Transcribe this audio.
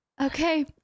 Okay